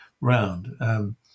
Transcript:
round